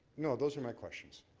no, those are my questions.